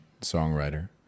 songwriter